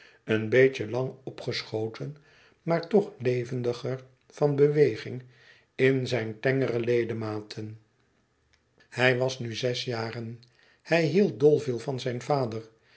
een beetje lang opgeschoten maar toch levendiger van beweging in zijn tengere ledematen hij was nu zes jaren hij hield dolveel van zijn vader